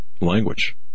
language